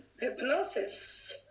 hypnosis